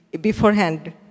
beforehand